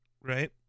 Right